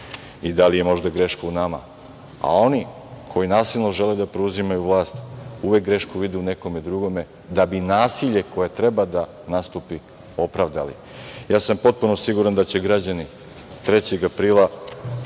i da li je možda greška u nama. Oni koji nasilno žele da preuzimaju vlast, uvek grešku vide u nekom drugom da bi nasilje koje treba da nastupi, opravdali. Potpuno sam siguran da će građani 3. aprila